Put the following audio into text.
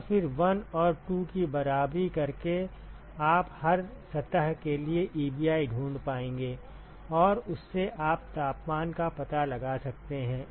और फिर 1 और 2 की बराबरी करके आप हर सतह के लिए Ebi ढूंढ पाएंगे और उससे आप तापमान का पता लगा सकते हैं